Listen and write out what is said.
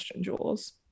Jules